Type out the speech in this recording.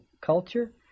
culture